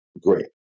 great